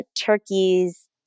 turkeys